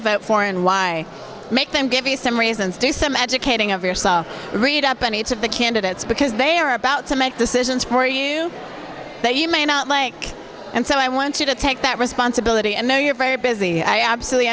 vote for and why make them give me some reasons do some educating of yourself read up on each of the candidates because they are about to make decisions for you that you may not like and so i want you to take that responsibility and know you're very busy and i absolutely